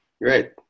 Right